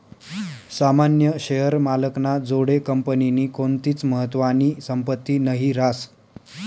सामान्य शेअर मालक ना जोडे कंपनीनी कोणतीच महत्वानी संपत्ती नही रास